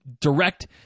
direct